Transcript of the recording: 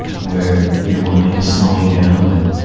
where your mind is slowing down and,